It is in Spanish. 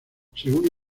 según